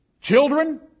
Children